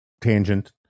tangent